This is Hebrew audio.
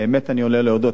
באמת אני עולה להודות.